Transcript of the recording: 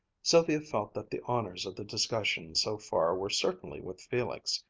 sylvia felt that the honors of the discussion so far were certainly with felix.